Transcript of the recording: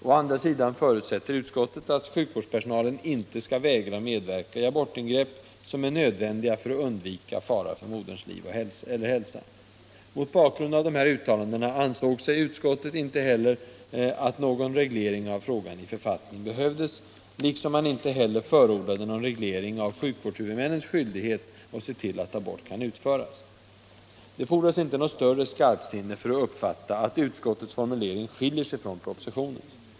Å andra sidan förutsätter utskottet att sjukvårdspersonal ——-— inte skall vägra medverka då fråga är om abortingrepp som är nödvändiga för att undvika fara för moderns liv eller hälsa.” Mot bakgrund av dessa uttalanden ansåg utskottet inte heller att någon reglering av frågan i författning behövdes, liksom man inte heller förordade någon reglering av sjukvårdshuvudmännens skyldighet att se till att abort kan utföras. Det fordras inte något större skarpsinne för att uppfatta att utskottets formulering skiljer sig från propositionens.